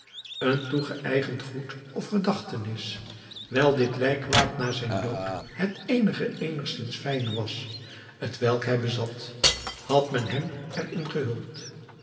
een toegeëigend goed of gedachtenis wijl dit lijnwaad na zijn dood het eenige eenigszins fijne was t welk hij bezat had men hem er in gehuld